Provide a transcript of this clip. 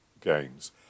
games